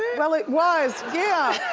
well, it was, yeah,